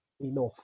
enough